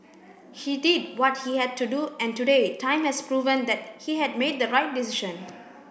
he did what he had to do and today time has proven that he had made the right decision